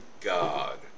God